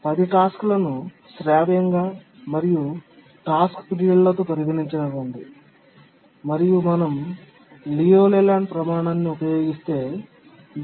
10 టాస్క్లను శ్రావ్యంగా సంబంధించిన టాస్క్ పీరియడ్లతో పరిగణించనివ్వండి మరియు మనం లియు లేలాండ్ ప్రమాణాన్ని ఉపయోగిస్తే 0